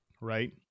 right